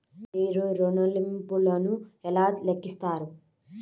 మీరు ఋణ ల్లింపులను ఎలా లెక్కిస్తారు?